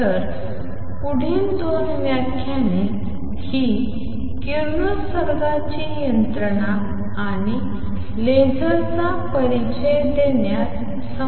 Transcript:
तर पुढील 2 व्याख्याने ही किरणोत्सर्गाची यंत्रणा आणि लेझरचा परिचय देण्यास समर्पित आहेत